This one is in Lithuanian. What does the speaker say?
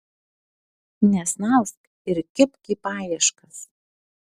nesnausk ir kibk į paieškas